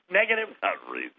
negative